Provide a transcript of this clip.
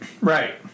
Right